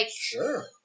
Sure